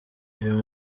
uyu